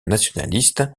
nationaliste